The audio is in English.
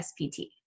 SPT